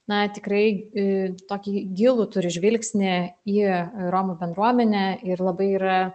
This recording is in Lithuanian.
na tikrai i tokį gilų turi žvilgsnį į romų bendruomenę ir labai yra